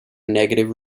negative